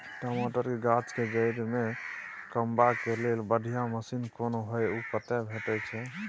टमाटर के गाछ के जईर में कमबा के लेल बढ़िया मसीन कोन होय है उ कतय भेटय छै?